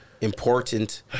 important